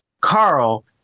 Carl